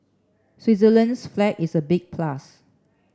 Switzerland's flag is a big plus